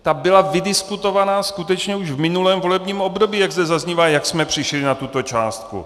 Ta byla vydiskutovaná skutečně už v minulém volebním období, jak zde zaznívá, jak jsme přišli na tuto částku.